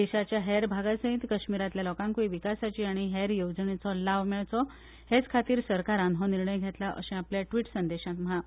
देशाच्या हेर भागां सयत कश्मीरांतल्या लोकांकूय विकासाची आनी हेर येवजण्यांचो लाव मेळचो हे खातीर सरकारान हो निर्णय घेतला अशेंय आपल्या ट्विट संदेशांत म्हळां